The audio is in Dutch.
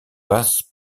was